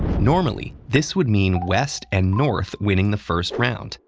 normally, this would mean west and north winning the first round,